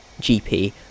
gp